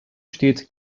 steht